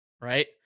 right